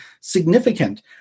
significant